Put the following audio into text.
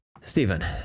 Stephen